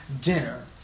dinner